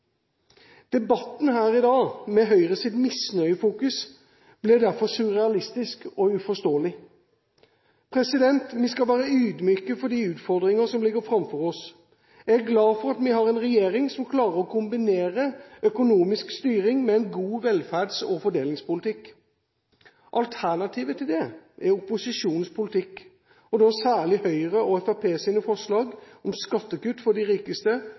Debatten her i dag med Høyres misnøyefokus blir derfor surrealistisk og uforståelig. Vi skal være ydmyke overfor de utfordringene som ligger framfor oss. Jeg er glad for at vi har en regjering som klarer å kombinere økonomisk styring med en god velferds- og fordelingspolitikk. Alternativet er opposisjonens politikk, og da særlig Høyres og Fremskrittspartiets forslag om skattekutt for de rikeste,